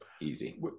easy